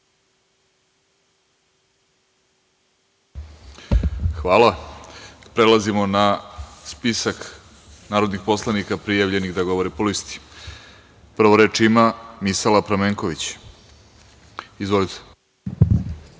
Hvala. Prelazimo na spisak narodnih poslanika prijavljenih da govore po listi. Prvo reč ima Misala Pramenković. Izvolite.